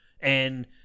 and-